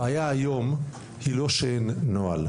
הבעיה היום היא לא שאין נוהל,